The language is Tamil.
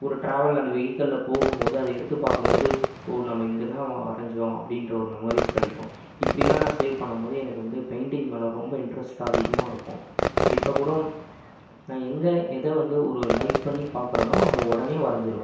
ஒரு ட்ராவல் அந்த வெஹிக்களில் போகும் போது அதை எடுத்து பார்க்கும் போது ஓ நம்ம இங்கே தான் வரஞ்ஜோம் அப்படின்ற ஒரு மெமரிஸ் கிடைக்கும் இப்படிலாம் நான் சேவ் பண்ணும் போது எனக்கு வந்து பெயிண்ட்டிங்கு மேல ரொம்ப இன்ட்ரெஸ்ட் அதிகமாருக்கும் இப்போ கூடோம் நான் எங்கள் எதை வந்து ஒரு லைக் பண்ணி பார்க்குறனோ அதை உடனே வரஞ்சிடுவேன்